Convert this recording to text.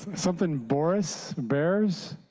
something boris bears.